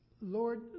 Lord